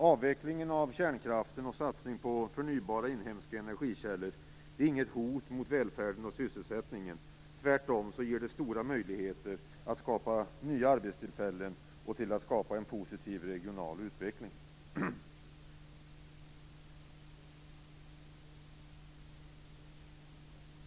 Avvecklingen av kärnkraften och satsningen på förnybara inhemska energikällor är inget hot mot välfärden och sysselsättningen. Tvärtom ger det stora möjligheter att skapa nya arbetstillfällen och en positiv regional utveckling.